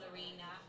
Arena